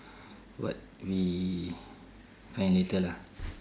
what we find later lah